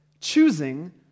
choosing